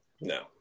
No